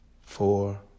four